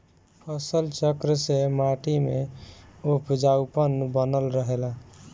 फसल चक्र से माटी में उपजाऊपन बनल रहेला